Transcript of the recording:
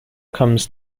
comes